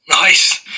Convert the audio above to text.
Nice